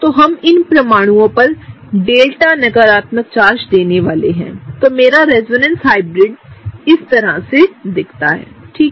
तो हम इन दोनों परमाणुओं पर डेल्टा नकारात्मक चार्ज देने वाले हैंमेरा रेजोनेंस हाइब्रिड इस तरह दिखता है ठीक है